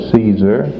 Caesar